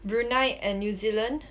brunei and new zealand